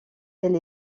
elle